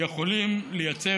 יכולים לייצר,